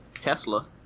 Tesla